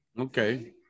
Okay